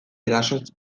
erasoz